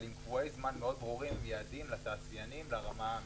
אבל עם קבועי זמן מאוד ברורים ויעדים לתעשיינים לרמה המיידית.